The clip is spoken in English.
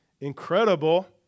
incredible